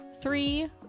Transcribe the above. three